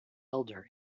elder